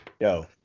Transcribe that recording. Yo